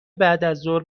بعدازظهر